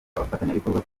abafatanyabikorwa